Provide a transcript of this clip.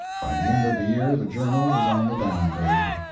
by the end of the year the journal was on the down grade.